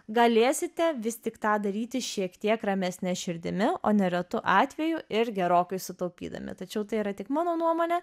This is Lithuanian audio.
galėsite vis tik tą daryti šiek tiek ramesne širdimi o neretu atveju ir gerokai sutaupydami tačiau tai yra tik mano nuomonė